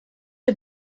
der